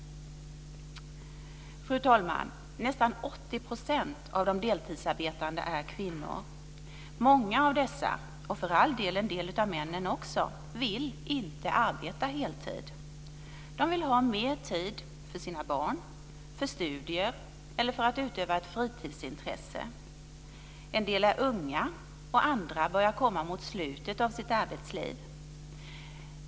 Fru talman! Nästan 80 % av de deltidsarbetande är kvinnor. Många av dessa, och för all del också en del av männen, vill inte arbeta heltid. De vill ha mer tid för sina barn, studier eller för att utöva ett fritidsintresse. En del är unga, och andra börjar komma mot slutet av sitt arbetsliv.